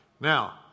Now